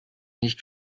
nicht